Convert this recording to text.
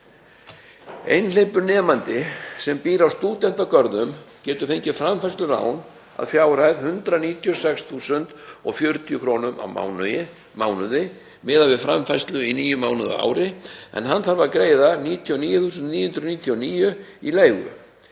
Einhleypur nemandi sem býr á stúdentagörðum getur fengið framfærslulán að fjárhæð 196.040 kr. á mánuði miðað við framfærslu í níu mánuði á ári en þarf að greiða 99.999 kr. í leigu.